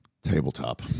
Tabletop